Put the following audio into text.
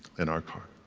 in our car.